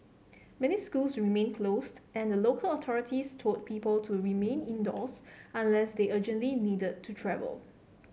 many schools remained closed and local authorities told people to remain indoors unless they urgently needed to travel